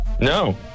no